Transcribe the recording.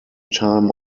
time